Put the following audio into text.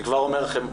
אני כבר אומר לכם,